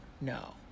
no